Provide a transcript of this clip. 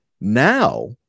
Now